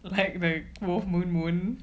blackberry proof moon moon